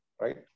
right